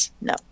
No